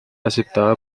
aceptada